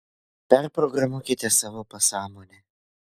perprogramuokite savo pasąmonę